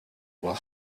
will